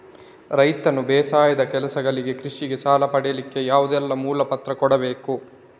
ರೈತನು ಬೇಸಾಯದ ಕೆಲಸಗಳಿಗೆ, ಕೃಷಿಗೆ ಸಾಲ ಪಡಿಲಿಕ್ಕೆ ಯಾವುದೆಲ್ಲ ಮೂಲ ಪತ್ರ ಕೊಡ್ಬೇಕು?